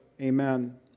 Amen